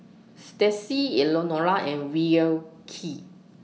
Stacie Elenora and Wilkie